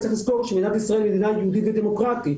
צריך לזכור שמדינת ישראל היא מדינה יהודית ודמוקרטית.